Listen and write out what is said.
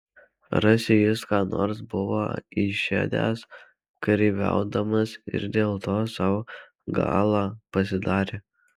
rasi jis ką nors buvo išėdęs kareiviaudamas ir dėl to sau galą pasidarė